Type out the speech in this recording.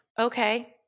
okay